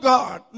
God